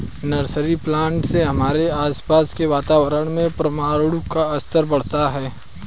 nursery plant से हमारे आसपास के वातावरण में प्राणवायु का स्तर बढ़ता है